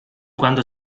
quando